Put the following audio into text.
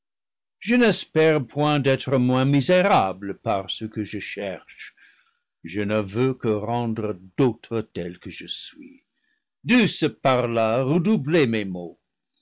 n'espère point être moins misérable par ce que je cherche je ne veux que rendre d'autres tels que je suis dussent par là redoubler mes maux